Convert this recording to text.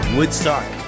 Woodstock